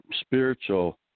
spiritual